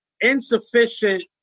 insufficient